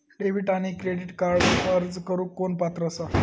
Debit आणि credit कार्डक अर्ज करुक कोण पात्र आसा?